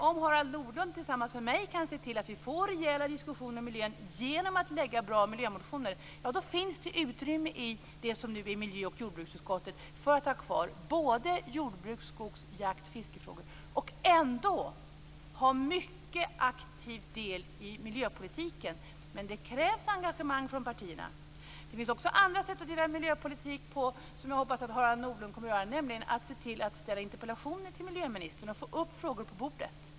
Om Harald Nordlund tillsammans med mig kan se till att vi får rejäla diskussioner om miljön genom att väcka bra miljömotioner finns det utrymme i det som nu är miljö och jordbruksutskottet för att både ha kvar jordbruks-, skogs-, jakt-, och fiskefrågor och ändå ha en mycket aktiv del i miljöpolitiken. Men det krävs engagemang från partierna. Det finns också andra sätt att driva miljöpolitik på som jag hoppas att Harald Nordlund kommer att göra, nämligen att ställa interpellationer till miljöministern och få upp frågor på bordet.